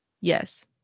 Yes